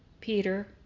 Peter